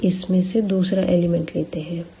अब इसमें से दूसरा एलिमेंट लेते हैं